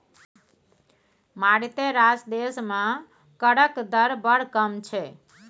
मारिते रास देश मे करक दर बड़ कम छै